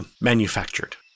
manufactured